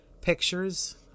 pictures